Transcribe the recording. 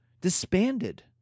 disbanded